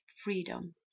freedom